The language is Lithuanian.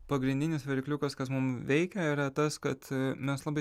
pagrindinis varikliukas kas mum veikia yra tas kad mes labai